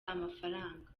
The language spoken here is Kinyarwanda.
amafaranga